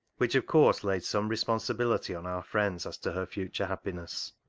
which, of course, laid some responsibility on our friends as to her future happiness.